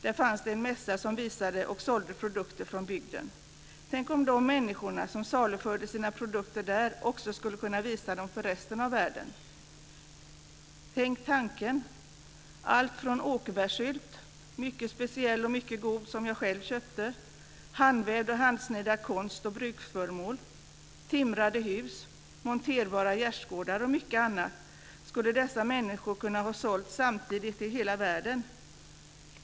Där fanns en mässa som visade och sålde produkter från bygden. Tänk om de människor som saluförde sina produkter där också skulle ha kunnat visa dem för resten av världen! Tänk tanken! Alltifrån åkerbärssylt - mycket speciell, mycket god, som jag själv köpte - och handvävda och handsnidade konst och bruksföremål till timrade hus, monterbara gärdsgårdar och mycket annat skulle dessa människor ha kunnat sälja samtidigt till hela världen.